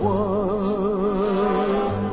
one